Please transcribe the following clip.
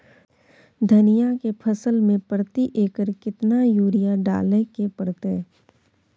धनिया के फसल मे प्रति एकर केतना यूरिया डालय के परतय?